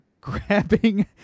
grabbing